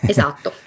Esatto